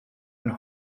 and